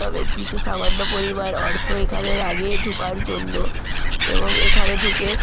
তবে কিছু সামান্য পরিমাণ অর্থ এখানে লাগে ঢোকার জন্য এবং এখানে ঢুকে